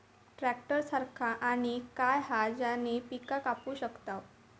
Tractor सारखा आणि काय हा ज्याने पीका कापू शकताव?